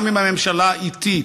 גם אם הממשלה איטית,